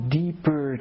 deeper